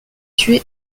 tué